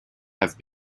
have